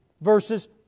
versus